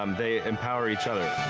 um they empower each other.